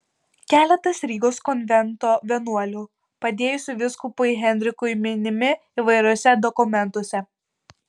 keletas rygos konvento vienuolių padėjusių vyskupui henrikui minimi įvairiuose dokumentuose